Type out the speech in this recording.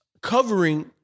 covering